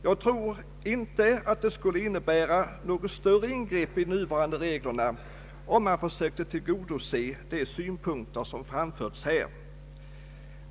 Jag tror inte att det skulle innebära något större ingrepp i de nuvarande reglerna om man sökte tillgodose de synpunkter som har framförts här.